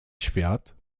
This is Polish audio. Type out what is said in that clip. świat